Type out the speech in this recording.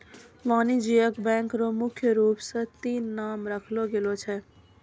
वाणिज्यिक बैंक र मुख्य रूप स तीन नाम राखलो गेलो छै